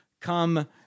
come